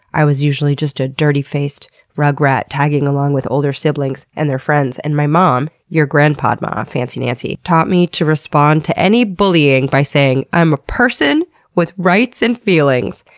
i was usually just a dirty faced rugrat tagging along with older siblings and their friends. and my mom, your grandpodma, fancy nancy, taught me to respond to any bullying by saying, i'm a person with rights and feelings.